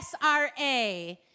SRA